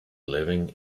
living